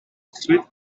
sweet